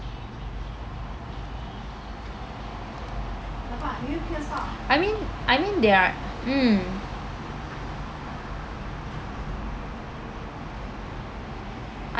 I mean I mean they are mm